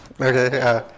Okay